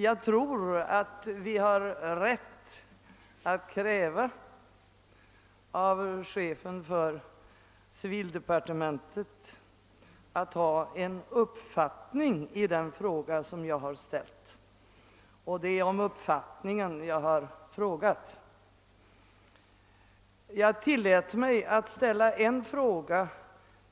Jag tror att vi har rätt att kräva av chefen för civildepartementet att han har en uppfattning i den fråga som jag har ställt. Och det är om uppfattningen jag har frågat. Jag tillät mig att samtidigt ställa en fråga